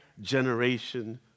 generation